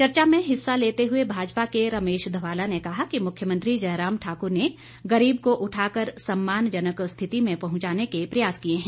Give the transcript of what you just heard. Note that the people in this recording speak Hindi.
चर्चा में हिस्सा लेते हुए भाजपा के रमेश धवाला ने कहा कि मुख्यमंत्री जयराम ठाकुर ने गरीब को उठाकर सम्मानजनक स्थिति में पहुंचाने को प्रयास किए हैं